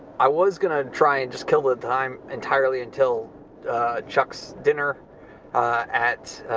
i was gonna try and just kill the time entirely until chuck's dinner at